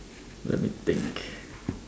let me think